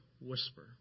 whisper